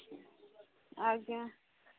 ଆଜ୍ଞା